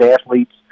athletes